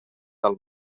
del